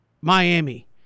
Miami